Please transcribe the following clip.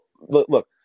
Look